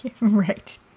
Right